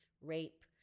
rape